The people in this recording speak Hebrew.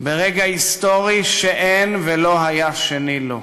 ברגע היסטורי שאין ולא היה שני לו.